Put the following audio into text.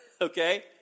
okay